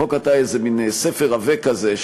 חוק הטיס זה מין ספר עבה כזה,